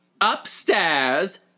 Upstairs